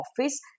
office